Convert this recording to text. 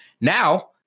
now